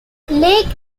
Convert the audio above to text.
lake